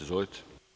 Izvolite.